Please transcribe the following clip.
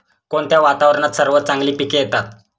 कोणत्या वातावरणात सर्वात चांगली पिके येतात?